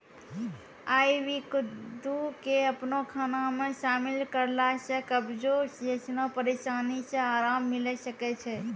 आइ.वी कद्दू के अपनो खाना मे शामिल करला से कब्जो जैसनो परेशानी से अराम मिलै सकै छै